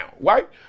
Right